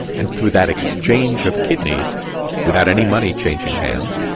and through that exchange of kidneys without any money changing hands,